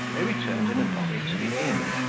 they returned in a body to the inn,